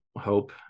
hope